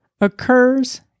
occurs